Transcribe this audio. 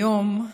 היום,